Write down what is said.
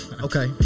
Okay